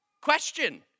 Question